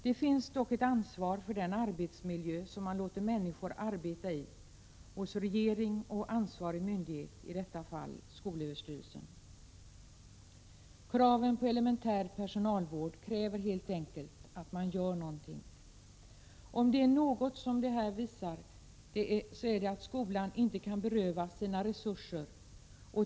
Det finns dock hos regering och ansvarig myndighet, i detta fall skolöverstyrelsen, ett ansvar för den arbetsmiljö som man låter människor arbeta i. Kraven på elementär personalvård förutsätter helt enkelt att man gör någonting. Skolan kan inte berövas sina resurser.